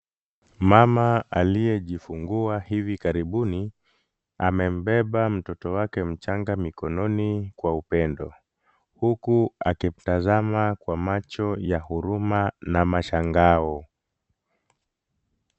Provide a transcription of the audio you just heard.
Mama aliyejfungua hivi karibuni, amembeba mtoto wake mchanga mikononi kwa upendo, huku akimtazama kwa macho ya huruma na mashangao.